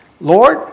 Lord